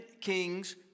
Kings